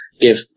give